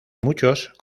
muchos